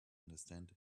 understand